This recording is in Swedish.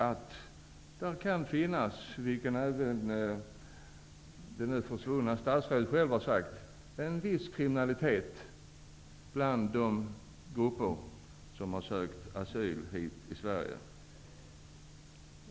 Det kan finnas -- vilket även statsrådet själv har sagt -- en viss kriminalitet bland de grupper som har sökt asyl här i Sverige.